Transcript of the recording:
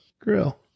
Grill